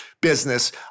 business